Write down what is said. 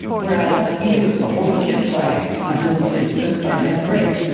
whereas even with the older kids, like my middle kid is going to start ninth grade.